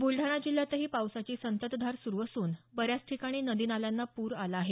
ब्लडाणा जिल्ह्यातही पावसाची संततधार सुरु असून बऱ्याच ठिकाणी नदी नाल्यांना पूर आला आहे